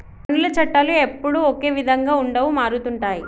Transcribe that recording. పన్నుల చట్టాలు ఎప్పుడూ ఒకే విధంగా ఉండవు మారుతుంటాయి